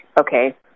okay